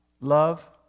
Love